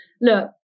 look